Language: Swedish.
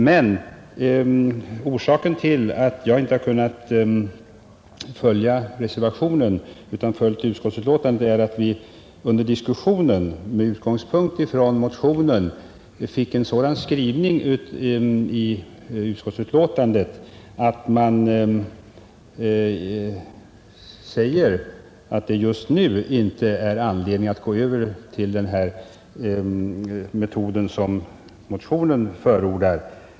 Anledningen till att jag inte anslutit mig till reservationen utan till utskottsmajoritetens betänkande är att vi under diskussionen i utskottet med utgångspunkt från motionen fick till stånd en så positiv skrivning i betänkandet. Där sägs att det just nu inte är anledning att gå över till den metod som motionen förordar.